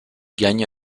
gagne